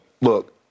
look